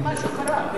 משהו קרה,